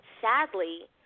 sadly